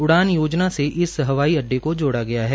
उडान योजना से इस हवाई अड्डे को जोड़ा गिया है